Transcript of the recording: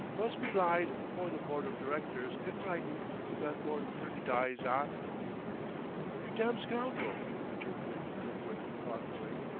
must be lyde afore the board of directors in writin' not more'n thirty dyes arfter you damned scoundrel! interpolated kirkwood thoughtfully.